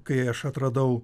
kai aš atradau